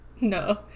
No